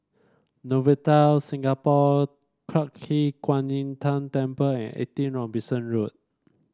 Novotel Singapore Clarke Quay Kwan Im Tng Temple and Eighty Robinson Road